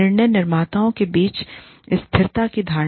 निर्णय निर्माताओं के बीच स्थिरता की धारणा